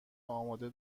آماده